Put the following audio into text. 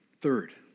Third